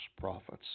prophets